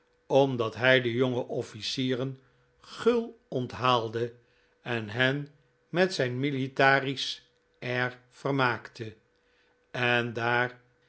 omdat hij de jonge oflicieren gul onthaalde en hen met zijn rnilitairistisch air vermaakte en daar